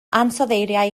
ansoddeiriau